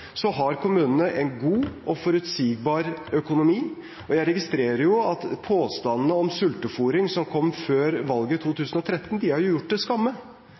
har kommunene en god og forutsigbar økonomi, og jeg registrerer at påstandene om sultefôring som kom før valget i 2013, er gjort til skamme.